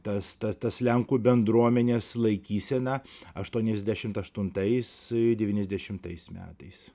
tas tas tas lenkų bendruomenės laikysena aštuoniasdešimt aštuntais devyniasdešimtais metais